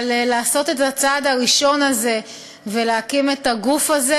אבל לעשות את הצעד הראשון הזה ולהקים את הגוף הזה,